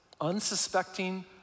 unsuspecting